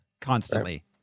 Constantly